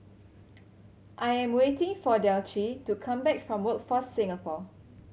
I am waiting for Delcie to come back from Workforce Singapore